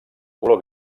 color